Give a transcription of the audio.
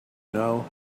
know